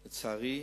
לצערי.